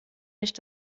nicht